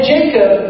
Jacob